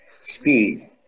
Speed